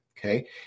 Okay